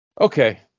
okay